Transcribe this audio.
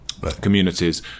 communities